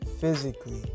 physically